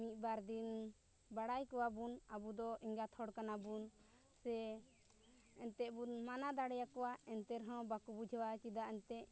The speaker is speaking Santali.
ᱢᱤᱫ ᱵᱟᱨ ᱫᱤᱱ ᱵᱟᱲᱟᱭ ᱠᱚᱣᱟᱵᱚᱱ ᱟᱵᱚ ᱫᱚ ᱮᱸᱜᱟᱛ ᱦᱚᱲ ᱠᱟᱱᱟ ᱵᱚᱱ ᱥᱮ ᱮᱱᱛᱮᱫ ᱵᱚᱱ ᱢᱱᱟ ᱫᱟᱲᱮᱭᱟᱠᱚᱣᱟ ᱮᱱᱛᱮ ᱨᱮᱦᱚᱸ ᱵᱟᱠᱚ ᱵᱩᱡᱷᱟᱹᱣᱟ ᱪᱮᱫᱟᱜ ᱮᱱᱛᱮᱫ